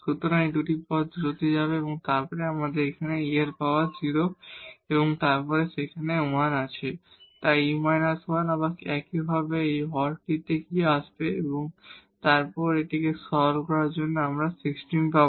সুতরাং এই দুটি টার্ম 0 এ যাবে এবং তারপরে আমাদের এখানে আবার এই e এর পাওয়ার 0 এবং তারপর আপনার সেখানে 1 আছে তাই e − 1 আবার একই ভাবে ডিনোমিনেটর টিতে কি আসবে এবং তারপর এটিকে সরল করার পরে আমরা 16 পাব